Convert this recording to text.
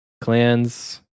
clans